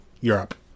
Europe